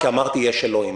כי אמרתי שיש אלוהים.